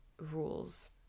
rules